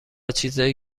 چیزایی